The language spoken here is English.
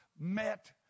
met